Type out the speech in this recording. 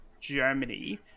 Germany